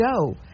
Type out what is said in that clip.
go